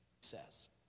says